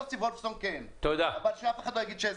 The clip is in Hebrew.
כן שמעתי מיוסי וולפסון, כך שאף אחד לא יגיד.